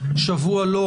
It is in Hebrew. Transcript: שבוע לא,